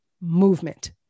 movement